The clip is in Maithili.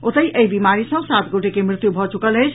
ओतहि एहि बीमारी सँ सात गोटे के मृत्यु भऽ चुकल अछि